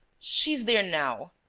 she's there now?